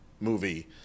movie